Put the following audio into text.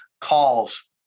calls